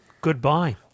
Goodbye